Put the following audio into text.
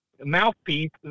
mouthpiece